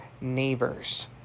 neighbors